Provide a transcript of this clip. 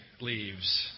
leaves